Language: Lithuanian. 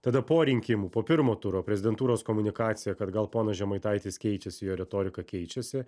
tada po rinkimų po pirmo turo prezidentūros komunikacija gal ponas žemaitaitis keičiasi jo retorika keičiasi